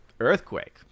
earthquake